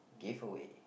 giveaway